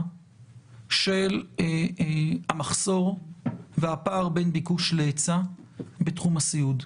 של המחסור והפער בין ביקוש להיצע בתחום הסיעוד.